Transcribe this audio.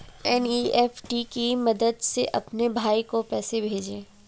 NEFT की मदद से अपने भाई को पैसे भेजें